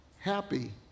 happy